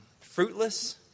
fruitless